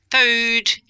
food